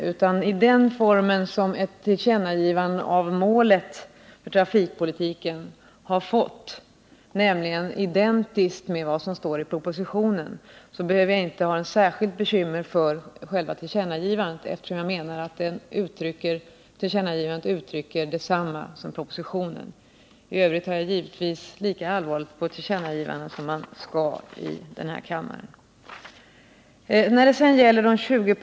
Jag sade att med den form som tillkännagivandet av målet för trafikpolitiken har fått, nämligen identiskt detsamma som står i propositionen, behöver jag inte ha något särskilt bekymmer för tillkännagivandet. I övrigt tar jag naturligtvis lika allvarligt på uttalanden från denna kammare som man bör göra.